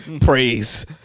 praise